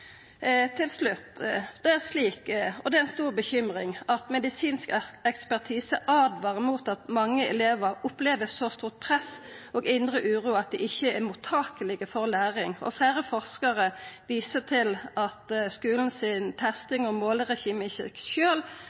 Til slutt: Det er slik – og det er ei stor bekymring – at medisinsk ekspertise åtvarar mot at mange elevar opplever så stort press og indre uro at dei ikkje er mottakelege for læring, og fleire forskarar viser til at skulen si testing og